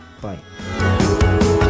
bye